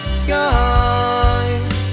skies